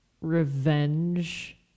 revenge